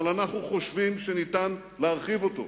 אבל אנחנו חושבים שאפשר להרחיב אותו,